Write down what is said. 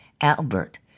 Albert